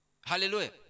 Hallelujah